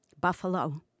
Buffalo